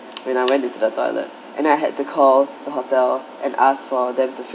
when I went into the toilet and I had to call the hotel and ask for them to fix